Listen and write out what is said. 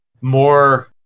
more